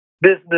business